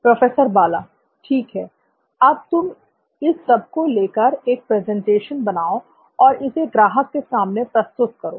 professor Bala ठीक है अब तुम इस सबको लेकर एक प्रेजेंटेशन बनाओ और इसे ग्राहक के सामने प्रस्तुत करो